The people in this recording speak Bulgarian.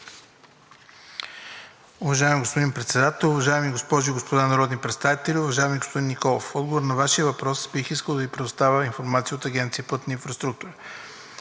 Уважаеми господин Председател, уважаеми госпожи и господа народни представители! Уважаеми господин Николов, в отговор на Вашия въпрос бих искал да Ви представя информация от Агенция „Пътна инфраструктура“.